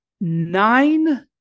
nine